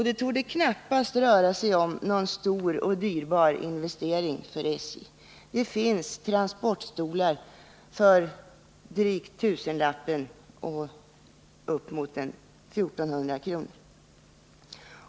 Det torde knappast röra sig om någon stor och dyrbar investering för SJ — det finns transportstolar till priser från drygt tusenlappen och uppemot 1 400 kr.